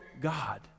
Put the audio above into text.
God